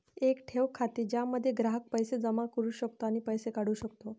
एक ठेव खाते ज्यामध्ये ग्राहक पैसे जमा करू शकतो आणि पैसे काढू शकतो